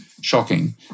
shocking